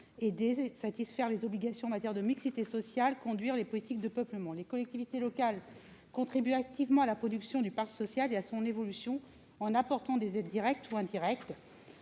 nouveaux, satisfaire les obligations en matière de mixité sociale et conduire les politiques de peuplement. Les collectivités locales contribuent activement à la production du parc social et à son évolution, en apportant des aides directes ou indirectes.